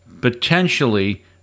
potentially